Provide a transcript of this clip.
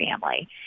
family